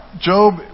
Job